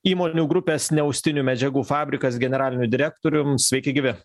įmonių grupės neaustinių medžiagų fabrikas generaliniu direktorium sveiki gyvi